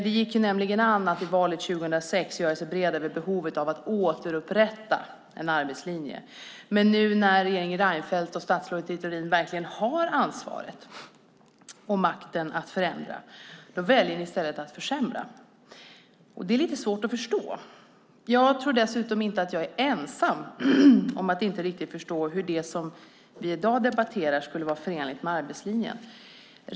Det gick an att inför valet 2006 göra sig bred över behovet av att återupprätta arbetslinjen, men nu när regeringen Reinfeldt och statsrådet Littorin verkligen har ansvaret och makten att förändra väljer ni i stället att försämra. Det är lite svårt att förstå. Jag tror dessutom inte att jag är ensam om att inte riktigt förstå hur det som vi i dag debatterar skulle vara förenligt med arbetslinjen.